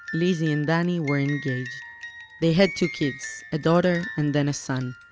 lizzie and danny were engaged they had two kids, a daughter and then a son.